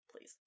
please